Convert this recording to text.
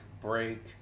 break